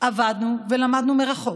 ועבדנו ולמדנו מרחוק,